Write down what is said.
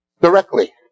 directly